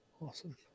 awesome